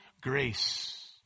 grace